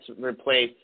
replace